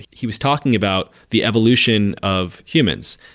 he was talking about the evolution of humans.